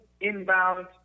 inbound